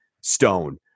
Stone